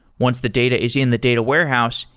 once the data is in the data warehouse,